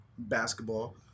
Basketball